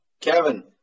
Kevin